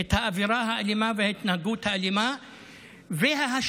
את האווירה האלימה וההתנהגות האלימה וההשפלה,